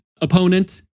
opponent